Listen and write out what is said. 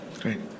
Great